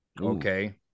okay